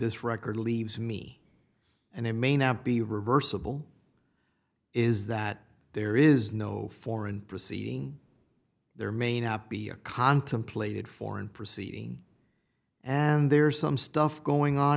this record leaves me and it may not be reversible is that there is no foreign proceeding there may not be a contemplated foreign proceeding and there's some stuff going on